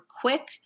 quick